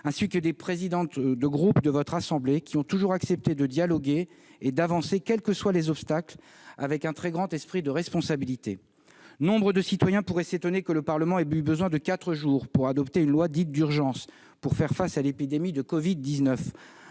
ainsi que celui des présidents de groupe de votre assemblée, qui ont toujours accepté de dialoguer et d'avancer quels que soient les obstacles, avec un très grand esprit de responsabilité. Nombre de citoyens pourraient s'étonner que le Parlement ait eu besoin de quatre jours pour adopter une loi dite « d'urgence » destinée à faire face à l'épidémie de Covid-19,